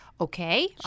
okay